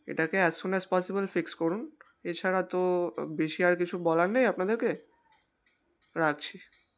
এটাকে as soon as possible fix করুন এছাড়া তো বেশি আর কিছু বলার নেই আপনাদেরকে রাখছি